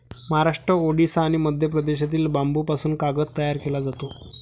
महाराष्ट्र, ओडिशा आणि मध्य प्रदेशातील बांबूपासून कागद तयार केला जातो